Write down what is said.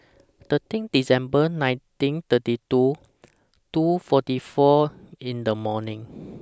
thirteen December nineteen thirty two two forty four in The morning